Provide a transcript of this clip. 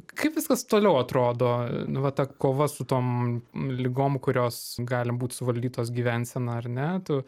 kaip viskas toliau atrodo nu va ta kova su tom ligom kurios gali būt suvaldytos gyvensena ar ne tu